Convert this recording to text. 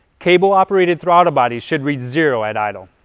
cabel operated throttle bodies should read zero at idle.